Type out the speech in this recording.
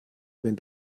wenn